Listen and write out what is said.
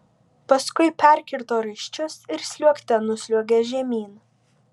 paskui perkirto raiščius ir sliuogte nusliuogė žemyn